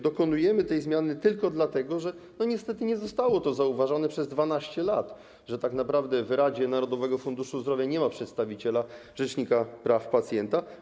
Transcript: Dokonujemy tej zmiany tylko dlatego, że niestety nie zostało zauważone przez 12 lat, że tak naprawdę w Radzie Narodowego Funduszu Zdrowia nie ma przedstawiciela rzecznika praw pacjenta.